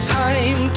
time